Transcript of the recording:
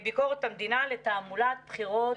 לביקורת המדינה, לתעמולת בחירות מוקדמות.